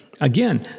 Again